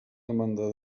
demanda